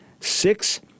Six